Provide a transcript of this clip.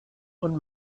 und